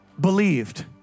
Believed